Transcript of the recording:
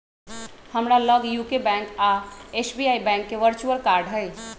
हमरा लग UCO bank आऽ एस.बी.आई बैंक के वर्चुअल कार्ड हइ